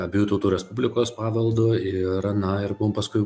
abiejų tautų respublikos paveldu ir na ir paskui